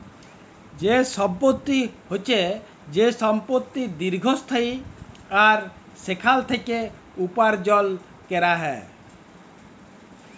যে সম্পত্তি হচ্যে যে সম্পত্তি দীর্ঘস্থায়ী আর সেখাল থেক্যে উপার্জন ক্যরা যায়